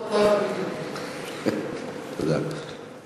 בבקשה, גברתי.